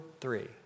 three